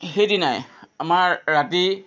সেইদিনাই আমাৰ ৰাতি